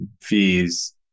fees